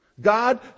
God